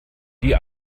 die